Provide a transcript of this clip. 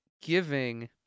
giving